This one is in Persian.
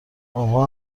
آقا